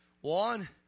one